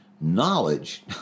knowledge